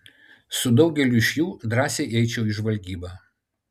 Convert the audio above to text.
su daugeliu iš jų drąsiai eičiau į žvalgybą